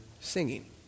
singing